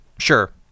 Sure